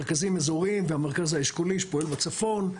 מרכזיים אזוריים והמרכז האשכולי שעובד בצפון.